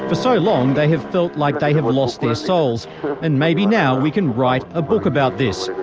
but so long they have felt like they have lost their souls and maybe now we can write a book about this,